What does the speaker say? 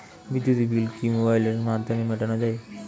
বিদ্যুৎ বিল কি মোবাইলের মাধ্যমে মেটানো য়ায়?